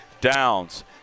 downs